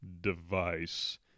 device